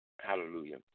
Hallelujah